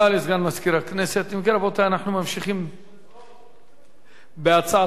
אם כן, רבותי, ההצעה